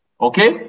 okay